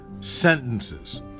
sentences